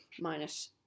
minus